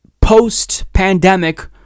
post-pandemic